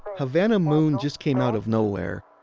havana moon just came out of nowhere.